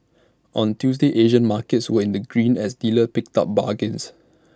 on Tuesday Asian markets were in the green as dealers picked up bargains